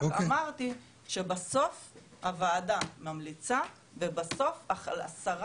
רק אמרתי שבסוף הוועדה ממליצה ובסוף השרה